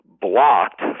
blocked